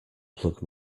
plug